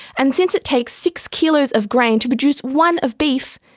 and since it takes six kilos of grain to produce one of beef,